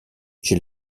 j’ai